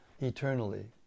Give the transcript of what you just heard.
eternally